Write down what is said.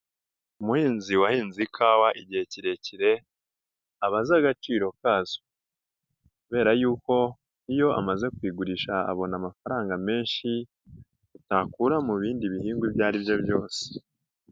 Umuhinzi wahinze ikawa igihe kirekire aba azi agaciro kazo kubera yuko iyo amaze kuyigurisha abona amafaranga menshi, ntakura mu bindi bihingwa ibyo ari byo byose.